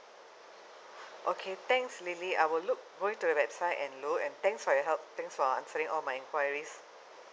okay thanks lily I will look go into the website and look and thanks for your help thanks for answering all my enquiries